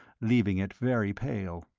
leaving it very pale.